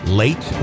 late